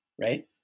right